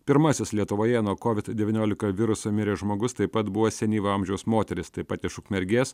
pirmasis lietuvoje nuo kovid devyniolika viruso mirė žmogus taip pat buvo senyvo amžiaus moteris taip pat iš ukmergės